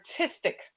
artistic